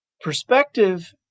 perspective